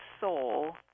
soul